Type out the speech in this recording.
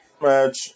match